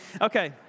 okay